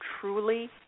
truly